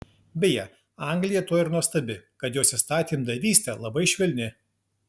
beje anglija tuo ir nuostabi kad jos įstatymdavystė labai švelni